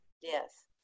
Yes